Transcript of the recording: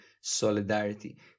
solidarity